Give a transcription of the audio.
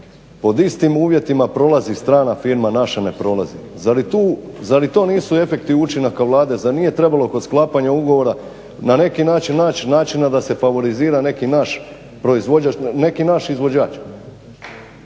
Pod istim uvjetima prolazi strana firma naša ne prolazi, zar i to nisu efekti učinka Vlade? Zar nije trebalo kod sklapanja ugovora na neki način naći načina da se favorizira neki naš proizvođač,